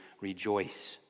rejoice